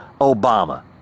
Obama